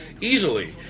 easily